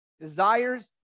desires